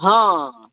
हँ